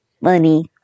money